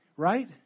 Right